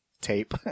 tape